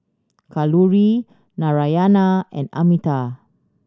Kalluri Naraina and Amitabh